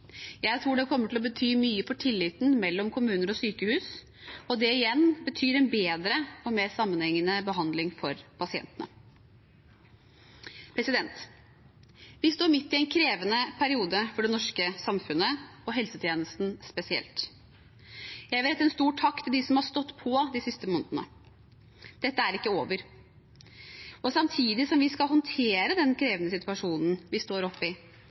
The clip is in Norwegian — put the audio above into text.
Jeg tror det kommer til å bety mye for tilliten mellom kommuner og sykehus, og det igjen betyr en bedre og mer sammenhengende behandling for pasientene. Vi står midt i en krevende periode for det norske samfunnet og helsetjenesten spesielt. Jeg vil rette en stor takk til dem som har stått på de siste månedene. Dette er ikke over. Samtidig som vi skal håndtere den krevende situasjonen vi står oppe i,